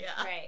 Right